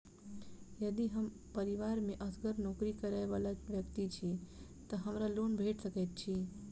यदि हम परिवार मे असगर नौकरी करै वला व्यक्ति छी तऽ हमरा लोन भेट सकैत अछि?